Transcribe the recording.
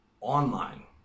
online